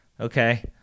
okay